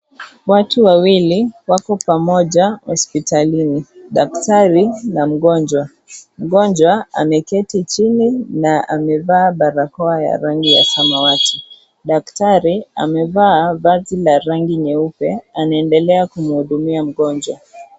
Watu wawili wapo pamoja hospitalini; daktari na mgonjwa. Mgonjwa ameketi chini na amevaa barakoa ya rangi ya samawati. Daktari amevaa vazi la rangi nyeupe, anaendelea kumhudumia mgonjwa.